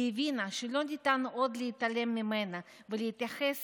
היא הבינה שלא ניתן עוד להתעלם ממנה ולהתייחס